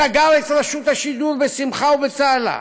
סגר את רשות השידור בשמחה ובצהלה,